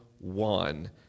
one